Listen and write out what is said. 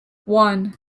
one